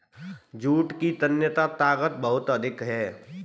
jute की तन्यता ताकत बहुत अधिक है